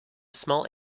small